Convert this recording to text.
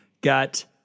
got